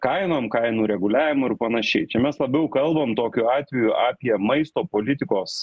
kainom kainų reguliavimu ir panašiai čia mes labiau kalbam tokiu atveju apie maisto politikos